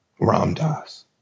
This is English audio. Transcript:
ramdas